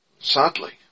Sadly